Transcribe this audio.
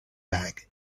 bag